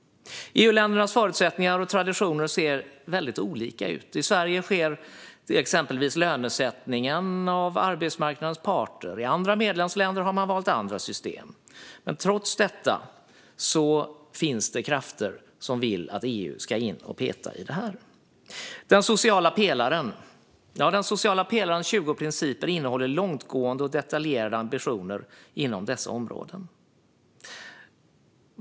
EU-ländernas förutsättningar och traditioner ser väldigt olika ut. I Sverige sköts exempelvis lönesättningen av arbetsmarknadens parter, och i andra medlemsländer har man valt andra system. Trots detta finns det alltså krafter som vill att EU ska in och peta i detta. Den sociala pelarens 20 principer innehåller långtgående och detaljerade ambitioner inom dessa områden.